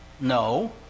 No